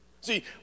See